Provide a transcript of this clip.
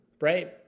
right